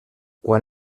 quan